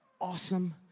awesome